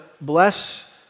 bless